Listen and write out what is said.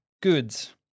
goods